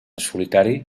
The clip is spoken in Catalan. solitari